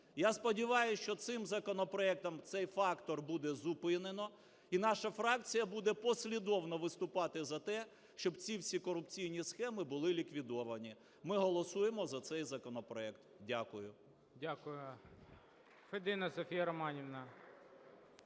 Я сподіваюсь, що цим законопроектом цей фактор буде зупинено. І наша фракція буде послідовно виступати за те, щоб ці всі корупційні схеми були ліквідовані. Ми голосуємо за цей законопроект. Дякую.